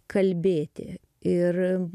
kalbėti ir